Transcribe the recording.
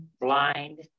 blind